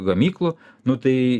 gamyklų nu tai